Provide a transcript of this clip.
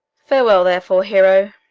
farewell, therefore, hero!